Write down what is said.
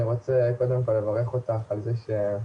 אני רוצה קודם כל לברך אותך על זה שאת